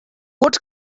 what